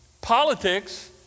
politics